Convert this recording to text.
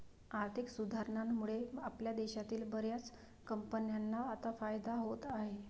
आर्थिक सुधारणांमुळे आपल्या देशातील बर्याच कंपन्यांना आता फायदा होत आहे